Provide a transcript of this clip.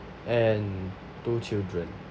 and two children